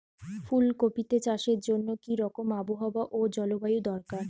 ফুল কপিতে চাষের জন্য কি রকম আবহাওয়া ও জলবায়ু দরকার?